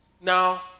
Now